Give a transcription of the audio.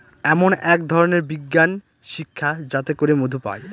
এমন এক ধরনের বিজ্ঞান শিক্ষা যাতে করে মধু পায়